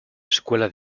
escuela